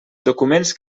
documents